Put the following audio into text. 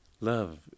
love